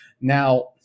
now